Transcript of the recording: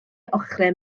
ochrau